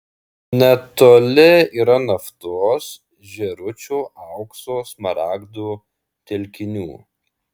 netoli yra naftos žėručio aukso smaragdų telkinių